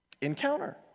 Encounter